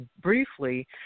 briefly